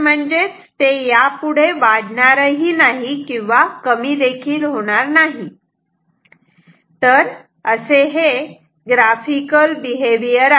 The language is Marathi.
म्हणजेच ते यापुढे वाढणार ही नाही किंवा कमी देखील होणार नाही तर हे असे ग्राफिकल बिहेवियर आहे